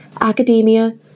academia